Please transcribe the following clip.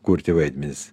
kurti vaidmenis